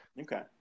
okay